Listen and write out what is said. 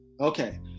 Okay